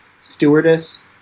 stewardess